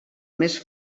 més